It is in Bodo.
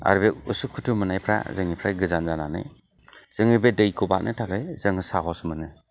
आरो उसुखुथु मोननायफ्रा जोंनिफ्राय गोजान जानानै जोंनि बे दैखौ बारनो थाखाय जों साहस मोनो